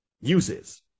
uses